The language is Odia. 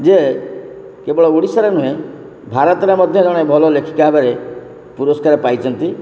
ଯେ କେବଳ ଓଡ଼ିଶାରେ ନୁହେଁ ଭାରତରେ ମଧ୍ୟ ଜଣେ ଭଲ ଲେଖିକା ଭାବରେ ପୁରସ୍କାର ପାଇଛନ୍ତି